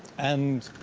and,